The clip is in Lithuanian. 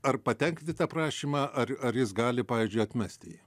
ar patenkinti tą prašymą ar ar jis gali pavyzdžiui atmesti jį